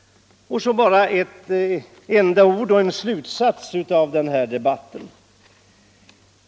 Så bara en slutsats av denna debatt.